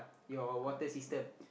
your water system